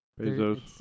Bezos